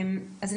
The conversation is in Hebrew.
אז,